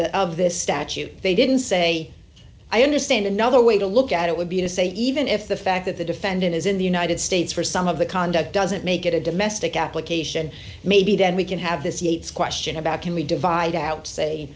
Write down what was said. the of this statute they didn't say i understand another way to look at it would be to say even if the fact that the defendant is in the united states for some of the conduct doesn't make it a domestic application maybe then we can have this yates question about can we divide out